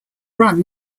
run